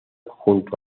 junto